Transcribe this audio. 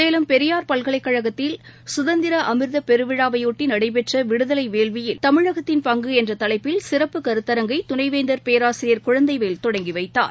சேலம் பெரியார் பல்கலைக்கழகத்தில் சுதந்திர அமிர்த விழாவை ஒட்டி நடைபெற்ற விடுதலை வேள்வியில் தமிழகத்தின் பங்கு என்ற தலைப்பில் சிறப்பு கருத்தரங்கை துணைவேந்தர் பேராசிரியர் குழந்தைவேல் தொடங்கிவைத்தார்